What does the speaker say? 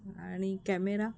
आणि कॅमेरा